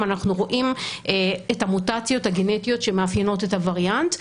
אנחנו רואים את המוטציות הגנטיות שמאפיינות את הווריאנט,